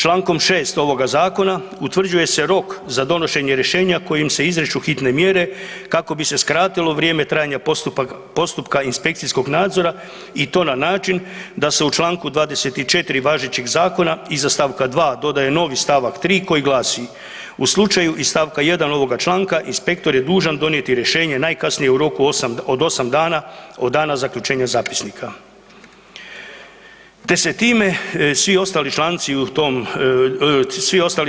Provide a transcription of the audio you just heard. Člankom 6. ovoga Zakona utvrđuje se rok za donošenje rješenja kojim se izriču hitne mjere kako bi se skratilo vrijeme trajanje postupka inspekcijskog nadzora i to na način da se u članku 24. važećeg Zakona iza stavka 2. dodaje novi stavak 3. koji glasi: „U slučaju iz stavka 1. ovoga članka inspektor je dužan donijeti rješenje najkasnije u roku od 8 dana od dana zaključenja zapisnika.“ Te se time svi ostali